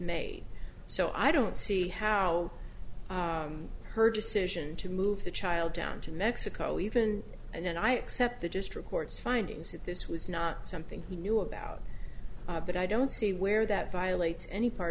made so i don't see how her decision to move the child down to mexico even and i accept the district court's findings that this was not something he knew about but i don't see where that violates any part